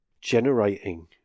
generating